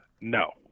No